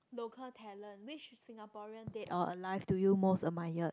local talent which Singaporean dead or alive do you most admire